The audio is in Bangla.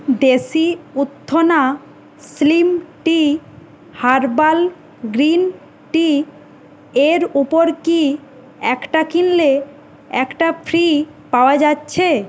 দেশি উত্থনা slim tea herbal green tea এর ওপর কি একটা কিনলে একটা ফ্রি পাওয়া যাচ্ছে